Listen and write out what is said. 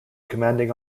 commanding